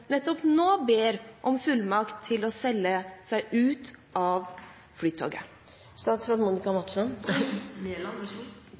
ber om fullmakt til å selge seg ut av Flytoget?